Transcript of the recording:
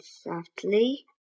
softly